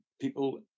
people